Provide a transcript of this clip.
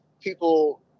people